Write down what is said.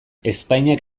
ezpainak